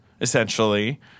essentially